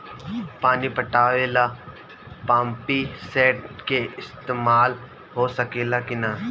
पानी पटावे ल पामपी सेट के ईसतमाल हो सकेला कि ना?